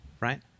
right